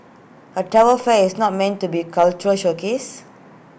A travel fair is not meant to be cultural showcase